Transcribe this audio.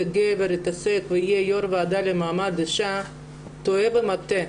גבר יתעסק ויהיה יו"ר ועדה למעמד אישה טועה ומטעה.